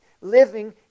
living